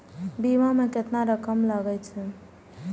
बीमा में केतना रकम लगे छै?